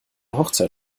hochzeit